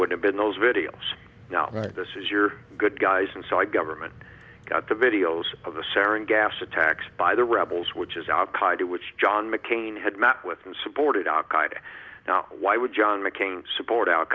would have been those videos now this is your good guys and so i government got the videos of the serin gas attacks by the rebels which is al qaida which john mccain had met with and supported al qaida now why would john mccain support al